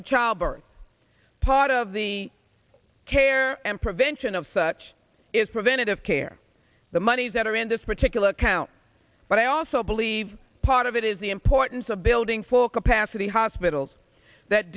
or childbirth part of the care and prevention of such is preventative care the monies that are in this particular account but i also believe part of it is the importance of building full capacity hospitals that